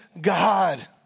God